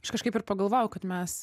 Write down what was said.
aš kažkaip ir pagalvojau kad mes